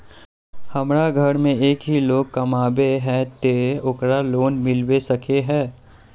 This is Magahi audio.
हमरा घर में एक ही लोग कमाबै है ते ओकरा लोन मिलबे सके है?